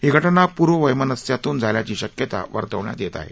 ही घटना पूर्ववसिस्यातून झाल्याची शक्यता वर्तवण्यात येत आहे